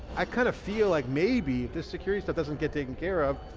i kind of feel like maybe the security stuff doesn't get taken care of,